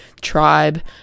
Tribe